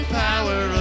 power